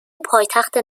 پایتخت